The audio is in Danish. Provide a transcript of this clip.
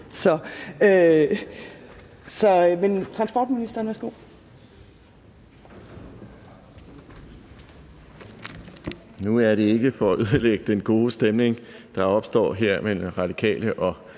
10:04 Transportministeren (Benny Engelbrecht): Nu er det ikke for at ødelægge den gode stemning, der er opstået her mellem Radikale og